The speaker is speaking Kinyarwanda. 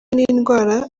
n’indwara